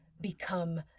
become